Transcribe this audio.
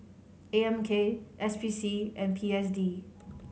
A M K S P C and P S D